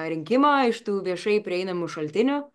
rinkimą iš tų viešai prieinamų šaltinių